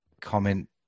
comment